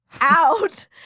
out